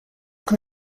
can